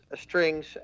strings